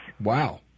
Wow